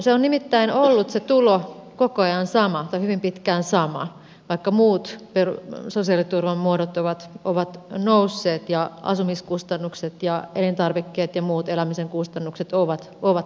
se on nimittäin ollut se tulo koko ajan sama tai hyvin pitkään sama vaikka muut sosiaaliturvan muodot ovat nousseet ja asumiskustannukset ja elintarvikkeet ja muut elämisen kustannukset ovat nousseet